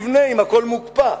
איפה נבנה אם הכול מוקפא?